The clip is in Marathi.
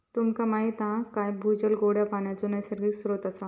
तुमका माहीत हा काय भूजल गोड्या पानाचो नैसर्गिक स्त्रोत असा